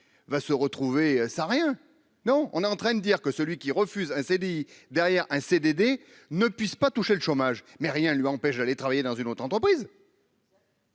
va se retrouver sans rien, non, on est en train de me dire que celui qui refuse ces dit derrière un CDD ne puisse pas toucher le chômage mais rien lui empêche d'aller travailler dans une autre entreprise.